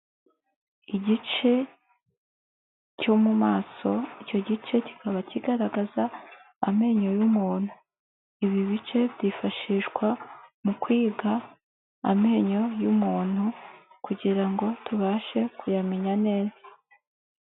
Igice cyo mu maso, icyo gice kikaba kigaragaza amenyo y'umuntu, ibi bice byifashishwa mu kwiga amenyo y'umuntu kugira ngo tubashe kuyamenya neza.